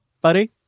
buddy